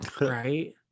right